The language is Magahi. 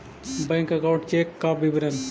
बैक अकाउंट चेक का विवरण?